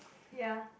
ya